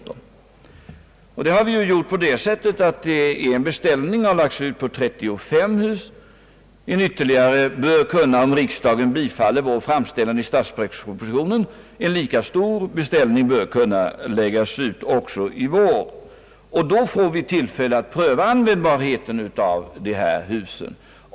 Det har vi gjort på det sättet att en beställning på 35 hus lagts ut, och en lika stor beställning bör om riksdagen bifaller vår framställning i statsverkspropositionen kunna läggas ut i vår, och då får vi tillfälle att pröva användbarheten av dessa hus.